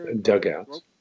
Dugouts